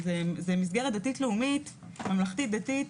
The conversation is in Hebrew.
זה מסגרת דתית לאומית, ממלכתית דתית.